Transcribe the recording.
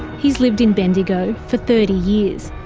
he's lived in bendigo for thirty years.